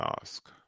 ask